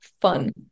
fun